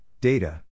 Data